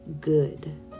good